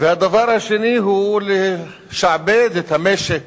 והדבר השני הוא לשעבד את המשק